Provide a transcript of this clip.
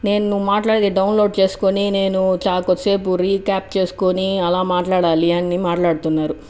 నేను మాట్లాడే డౌన్లోడ్ చేసుకోని నేను కొద్దిసేపు రీక్యాప్ చేసుకోని అలా మాట్లాడాలి అని మాట్లాడుతున్నారు